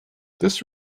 this